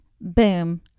Boom